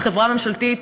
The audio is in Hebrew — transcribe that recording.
חברה ממשלתית,